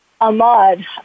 Ahmad